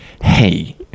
Hey